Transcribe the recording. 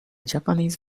japanese